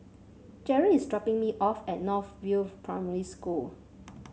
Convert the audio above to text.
Jerry is dropping me off at North View Primary School